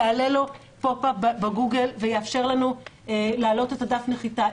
יעלה לו כאן ב-גוגל ויאפשר לנו להעלות את הדף נחיתה.